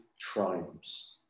triumphs